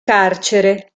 carcere